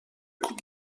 coupe